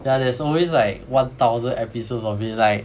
yeah there's always like one thousand episodes of it like